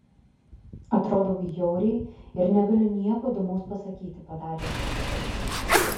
atrodau bjauriai ir negaliu nieko įdomaus pasakyti padarė išvadą edis